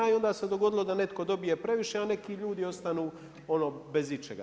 I onda se dogodilo da netko dobije previše, a neki ljudi ostanu ono bez ičega.